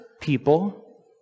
people